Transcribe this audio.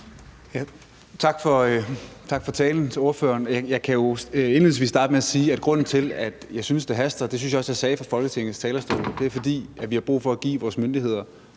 Tak for talen til ordføreren. Jeg kan jo indledningsvis starte med at sige, at grunden til, at jeg synes, det haster – det synes jeg også jeg sagde fra Folketingets talerstol – er, at vi har brug for at give vores myndigheder